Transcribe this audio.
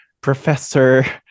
professor